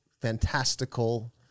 fantastical